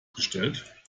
bestellt